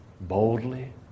boldly